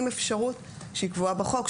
עם אפשרות שהיא קבועה בחוק.